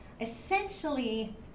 Essentially